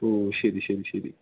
ഓ ശരി ശരി ശരി